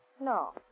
No